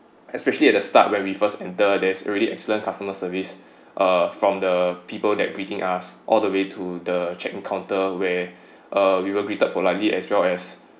especially at the start when we first enter there's already excellent customer service uh from the people that greeting us all the way to the check in counter where uh we were greeted politely as well as